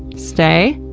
stay,